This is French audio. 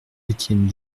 étienne